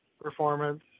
performance